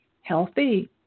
healthy